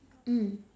mm